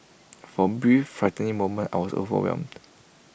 for A brief frightening moment I was overwhelmed